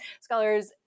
scholars